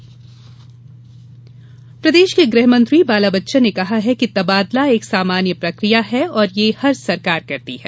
तबादला बच्चन प्रदेश के गृह मंत्री बाला बच्चन ने कहा है कि तबादला एक सामान्य प्रकिया है और यह हर सरकार करती है